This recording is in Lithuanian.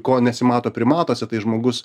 ko nesimato primatuose tai žmogus